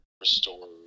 restore